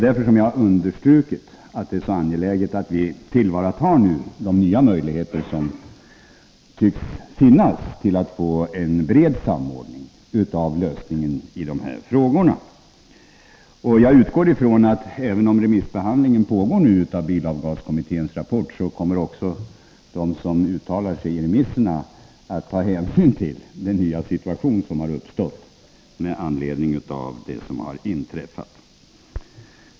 Därför har jag understrukit att det är angeläget att vi nu tar till vara de nya möjligheter som tycks finnas för att uppnå en bred samordning när det gäller lösningen av de här frågorna. Remissbehandlingen av bilavgaskommitténs rapport pågår, och jag utgår ifrån att de som uttalar sig i remisserna kommer att ta hänsyn till den nya situation som har uppstått genom det som inträffat.